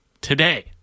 today